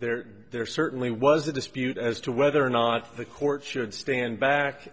there there certainly was a dispute as to whether or not the court should stand